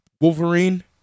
Wolverine